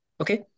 Okay